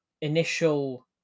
initial